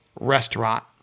restaurant